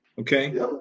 okay